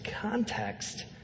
context